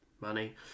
money